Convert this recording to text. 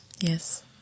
Yes